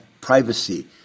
privacy